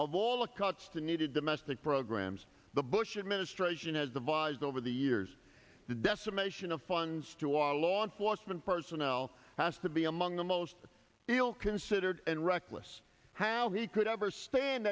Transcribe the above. of all the cuts to needed domestic programs the bush administration has devised over the years the decimation of funds to our law enforcement personnel has to be among the most ill considered and reckless how he could ever stand